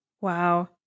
Wow